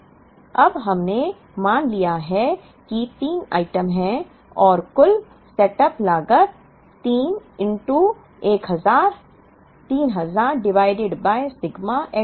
अब हमने मान लिया है कि 3 आइटम है और कुल सेटअप लागत 3 1000 3000 डिवाइडेड बाय सिगमा Hj